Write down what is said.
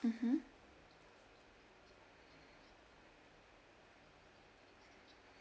mmhmm